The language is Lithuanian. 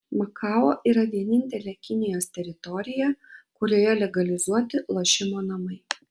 makao yra vienintelė kinijos teritorija kurioje legalizuoti lošimo namai